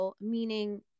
meaning